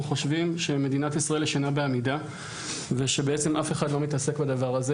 אנחנו חושבים שמדינת ישראל ישנה בעמידה ושבעצם אף אחד לא מתעסק בדבר הזה